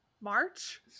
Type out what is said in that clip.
March